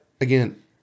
again